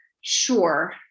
sure